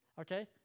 Okay